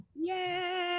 Yay